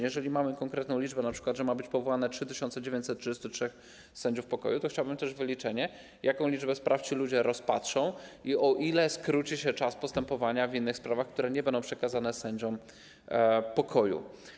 Jeżeli mamy konkretną liczbę, np. mówi się, że ma być powołanych 3933 sędziów pokoju, to chciałbym też wyliczenia, jaką liczbę spraw ci ludzie rozpatrzą i o ile skróci się czas postępowania w innych sprawach, które nie będą przekazane sędziom pokoju.